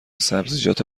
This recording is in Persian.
سبزیجات